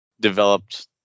developed